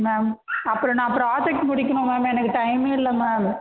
ma'am அப்புறம் நான் project முடிக்கணும் மேம் எனக்கு டைம்மே இல்லை மேம்